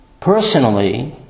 personally